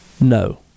No